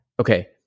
Okay